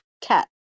cat